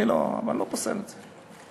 ואני לא פוסל את זה.